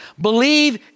Believe